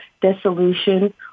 dissolution